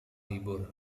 libur